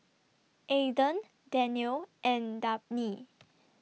Ayden Danniel and Dabney